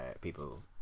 people